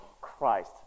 Christ